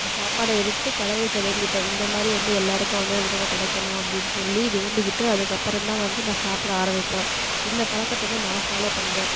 சாப்பாடை எடுத்து கடவுள்கிட்ட வேண்டிப்பேன் இந்தமாதிரி வந்து எல்லாருக்கும் வந்து உணவு கிடைக்கணும் அப்படின்னு சொல்லி வேண்டிக்கிட்டு அதுக்கப்புறம் தான் வந்து நான் சாப்பபிட ஆரம்பிப்பேன் இந்த பழக்கத்த வந்து நான் ஃபாலோ பண்ணுறேன்